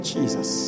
Jesus